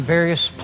various